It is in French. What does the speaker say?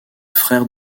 frère